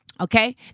okay